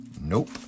Nope